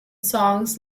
songs